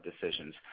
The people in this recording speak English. decisions